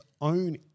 own